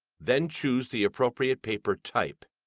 then choose the appropriate paper type.